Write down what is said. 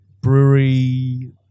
brewery